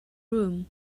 room